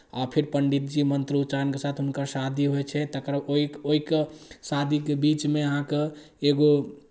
आ फेर पण्डित जी मन्त्रोच्चारणके साथ हुनकर शादी होइ छै तकर ओहि ओहिके शादीके बीचमे अहाँके एगो